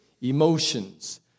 emotions